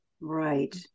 Right